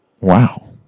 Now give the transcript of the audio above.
Wow